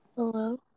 Hello